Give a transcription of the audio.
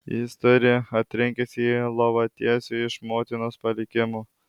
jis turi atrinkęs ir lovatiesių iš motinos palikimo